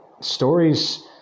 stories